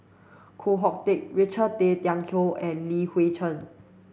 Koh Hoon Teck Richard Tay Tian Hoe and Li Hui Cheng